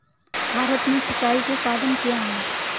भारत में सिंचाई के साधन क्या है?